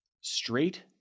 straight